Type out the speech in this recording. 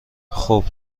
خوب